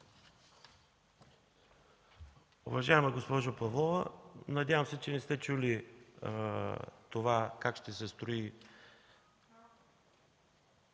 Уважаема госпожо Павлова, надявам се да не сте чули как ще се строи